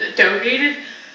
donated